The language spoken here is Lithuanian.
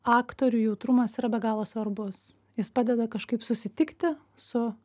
aktorių jautrumas yra be galo svarbus jis padeda kažkaip susitikti su